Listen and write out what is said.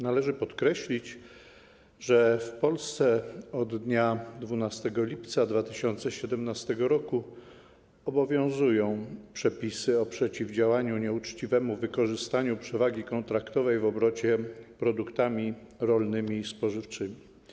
Należy podkreślić, że w Polsce od dnia 12 lipca 2017 r. obowiązują przepisy o przeciwdziałaniu nieuczciwemu wykorzystywaniu przewagi kontraktowej w obrocie produktami rolnymi i spożywczymi.